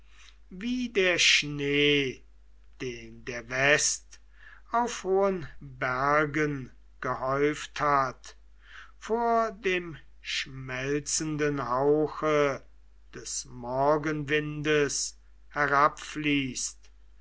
wie der schnee den der west auf hohen bergen gehäuft hat vor dem schmelzenden hauche des morgenwindes